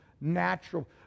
natural